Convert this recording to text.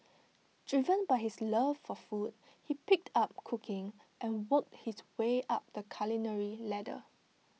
driven by his love for food he picked up cooking and worked his way up the culinary ladder